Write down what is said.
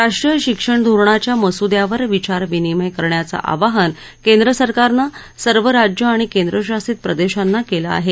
राष्ट्रीय शिक्षण धोरणाच्या मसुद्यावर विचारविनिमय करण्याचं आवाहन केंद्रसरकारनं सर्व राज्य आणि केंद्रशासित प्रदेशांना केलं आहे